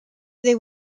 they